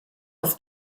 auf